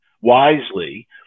wisely